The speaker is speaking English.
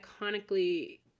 iconically